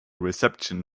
reception